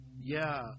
Yeah